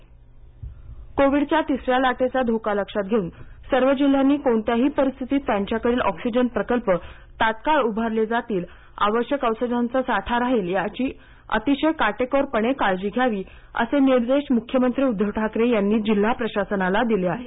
मख्यमंत्री कोविडच्या तिसऱ्या लाटेचा धोका लक्षात घेऊन सर्व जिल्ह्यांनी कोणत्याही परिस्थितीत त्यांच्याकडील ऑक्सिजन प्रकल्प तात्काळ उभारले जातील आवश्यक औषधांचा साठा राहील याची अतिशय काटेकोरपणे काळजी घ्यावी असे निर्देश मुख्यमंत्री उद्दव ठाकरे यांनी जिल्हा प्रशासनाला दिले आहेत